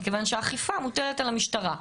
מכיוון שהאכיפה מוטלת על המשטרה,